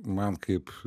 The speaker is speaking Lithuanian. man kaip